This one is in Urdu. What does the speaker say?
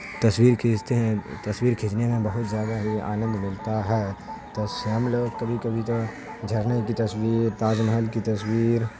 تصویر کھینچتے ہیں تصویر کھینچنے میں بہت زیادہ ہی آنند ملتا ہے ہم لوگ کبھی کبھی تو جھرنے کی تصویر تاج محل کی تصویر